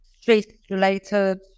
stress-related